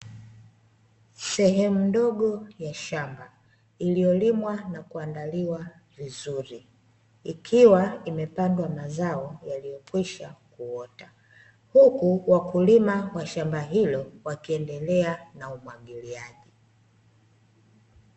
Sehemu ndogo ya shamba iliyolimwa na kuandaliwa vizuri ikiwa imepandwa mazao yaliyokwisha kuota, huku wakulima wa shamba hilo wakiendelea na umwagiliaji.